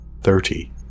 Thirty